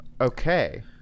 Okay